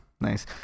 nice